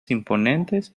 imponentes